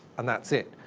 and that's it.